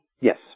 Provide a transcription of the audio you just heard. Yes